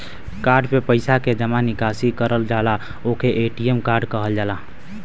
card से पइसा के जमा निकासी करल जाला ओके ए.टी.एम कार्ड कहल जाला